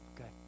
okay